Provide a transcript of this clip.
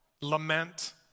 lament